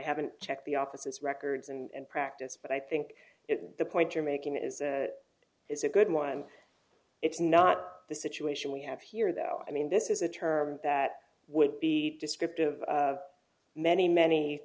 haven't checked the office records and practice but i think it the point you're making is it's a good one it's not the situation we have here though i mean this is a term that would be descriptive many many